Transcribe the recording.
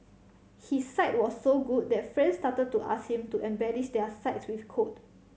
his site was so good that friends started to ask him to embellish their sites with code